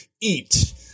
eat